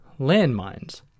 landmines